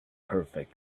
perfect